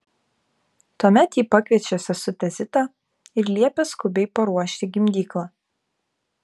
tuomet ji pakviečia sesutę zitą ir liepia skubiai paruošti gimdyklą